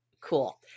Cool